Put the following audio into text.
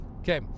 Okay